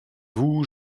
vous